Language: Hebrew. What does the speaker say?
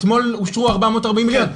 אתמול אושרו 440 מיליון,